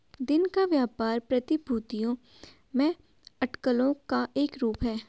दिन का व्यापार प्रतिभूतियों में अटकलों का एक रूप है